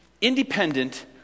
independent